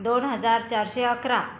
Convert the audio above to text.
दोन हजार चारशे अकरा